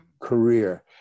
career